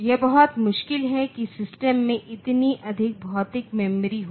यह बहुत मुश्किल है कि सिस्टम में इतनी अधिक भौतिक मेमोरी हो